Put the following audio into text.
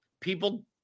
people